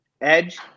Edge